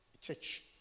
church